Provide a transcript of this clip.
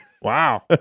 Wow